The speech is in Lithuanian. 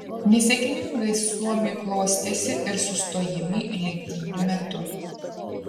nesėkmingai suomiui klostėsi ir sustojimai lenktynių metu